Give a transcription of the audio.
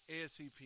ASCP